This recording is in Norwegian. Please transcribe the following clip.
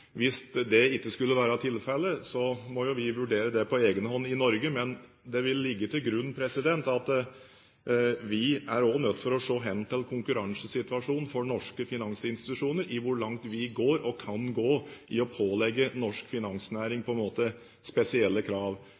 Hvis det ikke skulle være tilfellet, må vi vurdere det på egen hånd i Norge, men det vil ligge til grunn at vi også er nødt til å se hen til konkurransesituasjonen for norske finansinstitusjoner med tanke på hvor langt vi går og kan gå i å pålegge norsk finansnæring spesielle krav.